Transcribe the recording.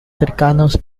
cercanos